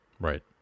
Right